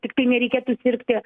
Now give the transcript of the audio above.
tiktai nereikėtų sirgti